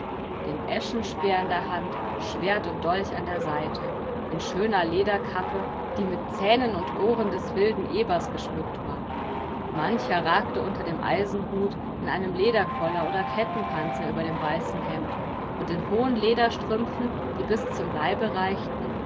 den eschenspeer in der hand schwert und dolch an der seite in schöner lederkappe die mit zähnen und ohren des wilden ebers geschmückt war mancher ragte unter dem eisenhut in einem lederkoller oder kettenpanzer über dem weißen hemd und in hohen lederstrümpfen die bis zum leibe reichten